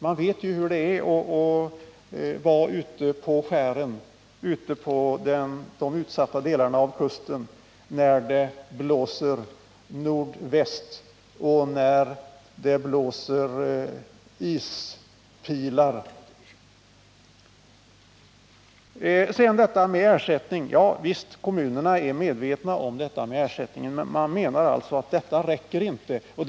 Vi vet ju hur det är att vara ute på skären och på de utsatta delarna av kusten när det blåser från nordväst och det blåser ispilar. Sedan till frågan om ersättning. Visst är kommunerna medvetna om möjligheten att få ersättning, men man menar att detta inte räcker.